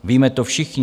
Víme to všichni.